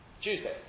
Tuesday